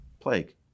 plague